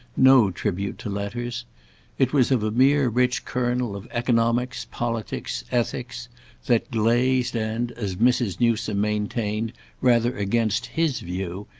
no tribute to letters it was of a mere rich kernel of economics, politics, ethics that, glazed and, as mrs. newsome maintained rather against his view,